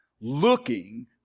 looking